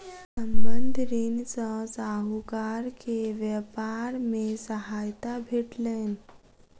संबंद्ध ऋण सॅ साहूकार के व्यापार मे सहायता भेटलैन